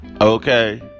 Okay